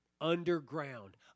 underground